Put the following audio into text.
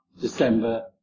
December